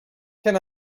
can